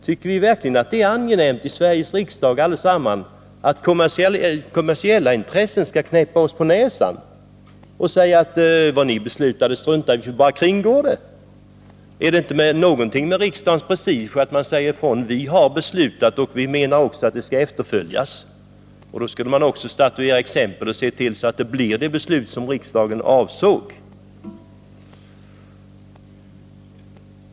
Tycker vi verkligen allesammans i Sveriges riksdag att det är angenämt att kommersiella intressen skall knäppa oss på näsan och säga att man struntar i vad riksdagen beslutar, man bara kringgår det? Är det inte viktigt för riksdagens prestige att vi säger att vi har fattat beslutet, och vi menar också att det skall efterföljas? Då skulle man även statuera exempel och se till att beslutet leder till vad som avsågs.